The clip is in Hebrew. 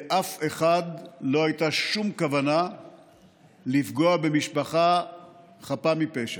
לאף אחד לא הייתה שום כוונה לפגוע במשפחה חפה מפשע,